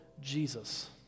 Jesus